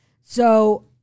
So-